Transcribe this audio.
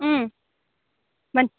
अँ भन्